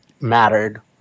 mattered